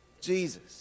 Jesus